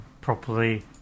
properly